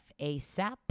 ASAP